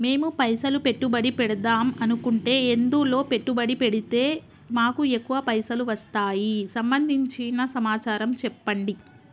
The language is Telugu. మేము పైసలు పెట్టుబడి పెడదాం అనుకుంటే ఎందులో పెట్టుబడి పెడితే మాకు ఎక్కువ పైసలు వస్తాయి సంబంధించిన సమాచారం చెప్పండి?